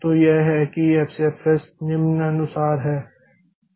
तो यह है कि एफसीएफएस निम्नानुसार है